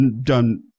done